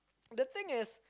the thing is